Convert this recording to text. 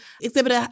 exhibit